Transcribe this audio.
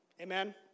Amen